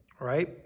right